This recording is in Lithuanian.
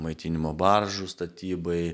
maitinimo baržų statybai